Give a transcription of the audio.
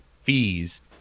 fees